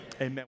amen